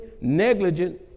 negligent